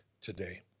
today